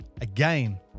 again